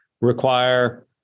require